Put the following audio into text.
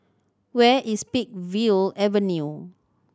where is Peakville Avenue